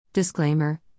Disclaimer